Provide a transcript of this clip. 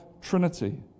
trinity